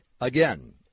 Again